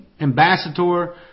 ambassador